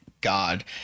God